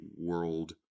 World